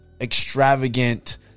extravagant